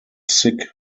sikh